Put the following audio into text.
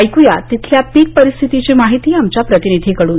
ऐक्या तिथल्या पिक परिस्थितीची माहिती आमच्या प्रतिनिधीकडून